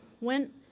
went